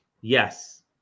Yes